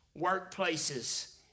workplaces